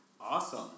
Awesome